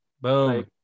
Boom